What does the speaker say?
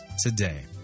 today